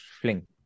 fling